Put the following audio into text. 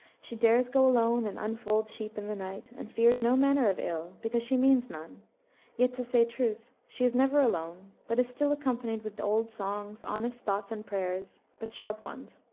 she dares go alone and unfold sheep in the night, and fears no manner of ill, because she means none yet to say truth, she is never alone, but is still accompanied with old songs, honest thoughts and prayers, but short ones.